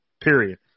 period